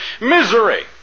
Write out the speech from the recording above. misery